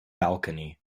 balcony